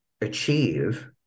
achieve